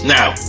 Now